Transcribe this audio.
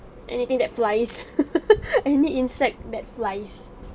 anything that flies any insect that flies